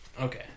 Okay